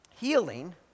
Healing